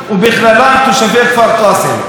ובכללם תושבי כפר קאסם.